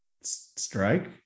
strike